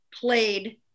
played